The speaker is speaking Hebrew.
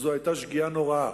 שזו היתה שגיאה נוראה,